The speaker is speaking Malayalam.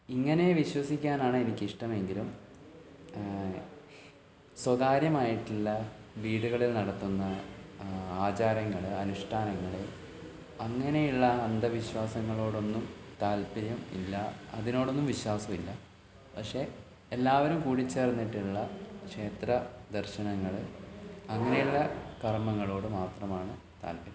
ഇങ്ങനേ വിശ്വസിക്കാനാണ് എനിക്കിഷ്ടമെങ്കിലും സ്വകാര്യമായിട്ടുള്ള വീടുകളിൽ നടത്തുന്ന ആചാരങ്ങൾ അനുഷ്ഠാനങ്ങൾ അങ്ങനെയുള്ള അന്ധവിശ്വാസങ്ങളോടൊന്നും താത്പര്യം ഇല്ല അതിനോടൊന്നും വിശ്വാസമില്ല പഷെ എല്ലാവരും കൂടി ചേർന്നിട്ടുള്ള ക്ഷേത്രദർശനങ്ങൾ അങ്ങനെയുള്ള കർമ്മങ്ങളോടു മാത്രമാണ് താത്പര്യം